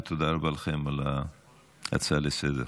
ותודה רבה לכם על ההצעה לסדר-היום.